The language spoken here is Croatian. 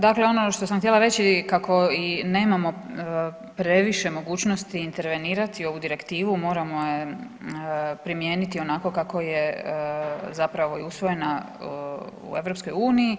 Dakle, ono što sam htjela reći kako i nemamo previše mogućnosti intervenirati ovu Direktivu moramo ju primijeniti onako kako je zapravo i usvojena u Europskoj uniji.